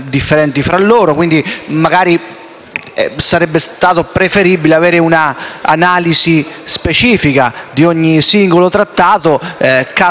sarebbe stato preferibile avere un'analisi specifica per ogni singolo trattato, caso per caso. Ribadiamo il nostro approccio